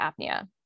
apnea